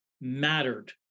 mattered